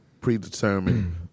predetermined